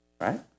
right